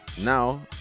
Now